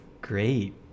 great